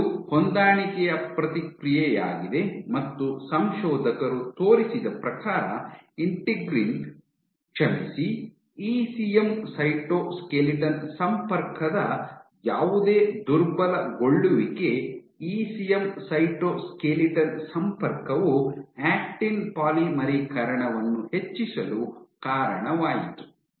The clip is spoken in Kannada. ಇದು ಹೊಂದಾಣಿಕೆಯ ಪ್ರತಿಕ್ರಿಯೆಯಾಗಿದೆ ಮತ್ತು ಸಂಶೋಧಕರು ತೋರಿಸಿದ ಪ್ರಕಾರ ಇಂಟಿಗ್ರಿನ್ ಕ್ಷಮಿಸಿ ಇಸಿಎಂ ಸೈಟೋಸ್ಕೆಲಿಟನ್ ಸಂಪರ್ಕದ ಯಾವುದೇ ದುರ್ಬಲಗೊಳ್ಳುವಿಕೆ ಇಸಿಎಂ ಸೈಟೋಸ್ಕೆಲಿಟನ್ ಸಂಪರ್ಕವು ಆಕ್ಟಿನ್ ಪಾಲಿಮರೀಕರಣವನ್ನು ಹೆಚ್ಚಿಸಲು ಕಾರಣವಾಯಿತು